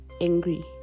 angry